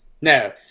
No